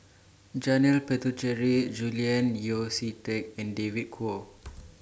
Janil Puthucheary Julian Yeo See Teck and David Kwo